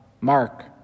Mark